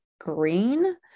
green